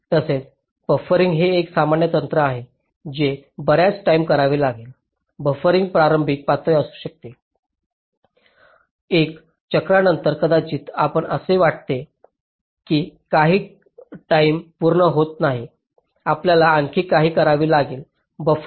तसेच बफरिंग हे एक सामान्य तंत्र आहे जे बर्याच टाईम करावे लागेल बफरिंगची प्रारंभिक पातळी असू शकते 1 चक्रानंतर कदाचित आम्हाला असे वाटते की काही टाईम पूर्ण होत नाही आपल्याला आणखी काही करावे लागेल बफरिंग